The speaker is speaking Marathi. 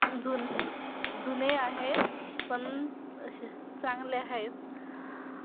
अजून जुने आहेत पण असे चांगले आहेत